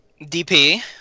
DP